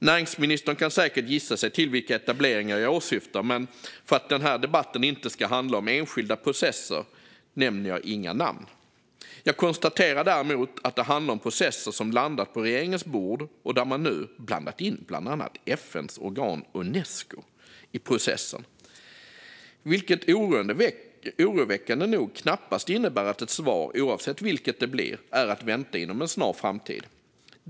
Näringsministern kan säkert gissa sig till vilka etableringar jag åsyftar, men för att den här debatten inte ska handla om enskilda processer nämner jag inga namn. Jag konstaterar däremot att det handlar om processer som landat på regeringens bord och där man nu blandat in bland annat FN:s organ Unesco i processen, vilket oroväckande nog knappast innebär att ett svar, oavsett vilket det blir, är att vänta inom en snar framtid.